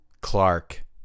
clark